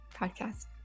podcast